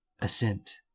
assent